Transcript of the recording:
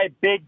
big